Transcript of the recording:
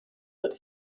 that